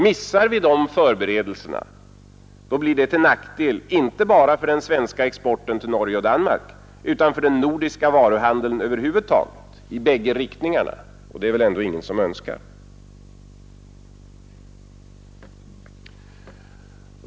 Missar vi de förberedelserna blir det till nackdel inte bara för den svenska exporten till Norge och Danmark utan för den nordiska varuhandeln över huvud taget — i bägge riktningarna — och det är väl ändå ingen som önskar.